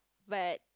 but